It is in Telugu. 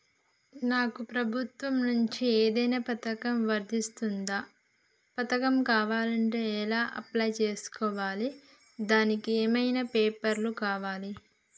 నాకు ప్రభుత్వం నుంచి ఏదైనా పథకం వర్తిస్తుందా? పథకం కావాలంటే ఎలా అప్లై చేసుకోవాలి? దానికి ఏమేం పేపర్లు కావాలి?